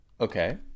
Okay